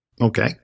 Okay